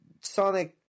Sonic